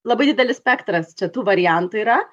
labai didelis spektras čia tų variantų yra